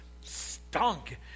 stunk